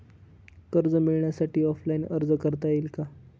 कर्ज मिळण्यासाठी ऑफलाईन अर्ज करता येईल का?